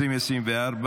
התשפ"ד 2024,